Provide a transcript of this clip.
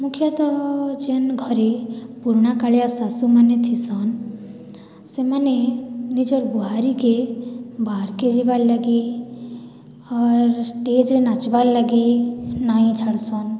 ମୁଖ୍ୟତଃ ଜେନ୍ ଘରେ ପୁରୁଣାକାଳିଆ ଶାଶୁମାନେ ଥିସନ୍ ସେମାନେ ନିଜର୍ ବୁହାରିକେ ବାହାର୍କେ ଯିବାର୍ ଲାଗି ଆର୍ ଷ୍ଟେଜ୍ରେ ନାଚ୍ବା ଲାଗି ନାଇଁ ଛାଡ଼୍ସନ୍